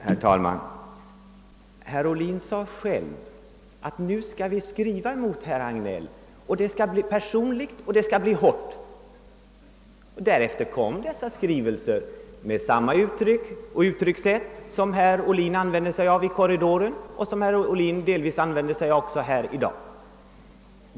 Herr talman! Herr Ohlin sade själv: Nu skall vi skriva mot dig, det skall bli personligt och hårt. — Därefter publicerades dessa skrivelser med samma uttryckssätt som herr Ohlin använde sig av i korridoren och delvis även i talarstolen i dag.